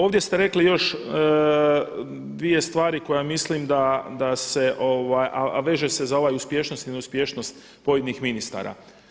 Ovdje ste rekli još dvije stvari koje mislim, a veže se za ovaj uspješnost i neuspješnost pojedinih ministara.